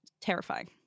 terrifying